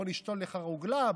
בוא נשתול לך רוגלה,